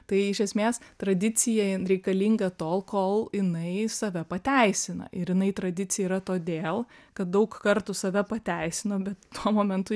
tai iš esmės tradicija reikalinga tol kol inai save pateisina ir inai tradicija yra todėl kad daug kartų save pateisino bet tuo momentu